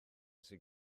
sydd